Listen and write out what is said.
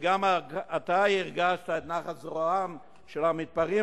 וגם אתה הרגשת את נחת זרועם של המתפרעים